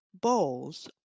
bowls